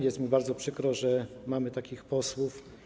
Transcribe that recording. Jest mi bardzo przykro, że mamy takich posłów.